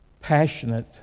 passionate